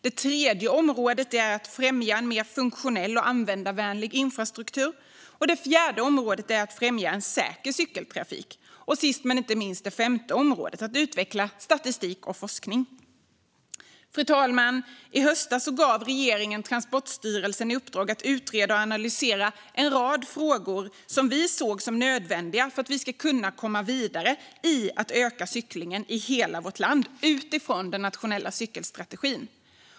Det tredje området är att främja en mer funktionell och användarvänlig infrastruktur. Det fjärde området är att främja en säker cykeltrafik. Det femte och sista området är att utveckla statistik och forskning. Fru talman! I höstas gav regeringen Transportstyrelsen i uppdrag att utreda och analysera en rad frågor som vi såg som nödvändiga för att vi ska kunna komma vidare i att öka cyklingen i vårt land utifrån den nationella cykelstrategin.